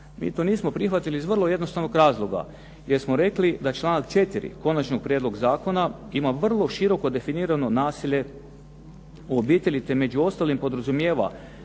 Mi to nismo prihvatili iz vrlo jednostavnog razloga, jer smo rekli da članak 4. konačnog prijedloga zakona ima vrlo široko definirano nasilje u obitelji te među ostalim podrazumijeva